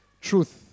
truth